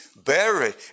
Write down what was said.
buried